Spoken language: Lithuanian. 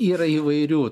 yra įvairių